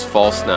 False